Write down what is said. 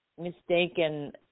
mistaken